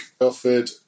offered